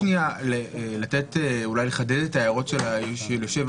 ראובן, אני רוצה לחדד את ההערות של היושב-ראש.